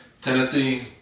Tennessee